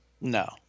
No